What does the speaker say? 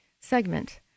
segment